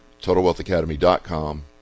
TotalWealthAcademy.com